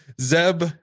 zeb